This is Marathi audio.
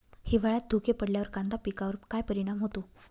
हिवाळ्यात धुके पडल्यावर कांदा पिकावर काय परिणाम होतो?